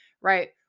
right